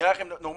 נראה לכם נורמלי?